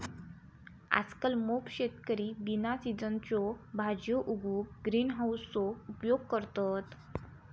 आजकल मोप शेतकरी बिना सिझनच्यो भाजीयो उगवूक ग्रीन हाउसचो उपयोग करतत